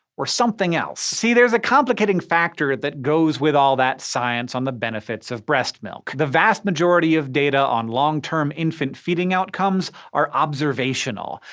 or something else? see, there's a complicating factor that goes with all that science on the benefits of breast milk. the vast majority of the data on long-term infant feeding outcomes are observational.